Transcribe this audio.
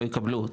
לא יקבלו אותי,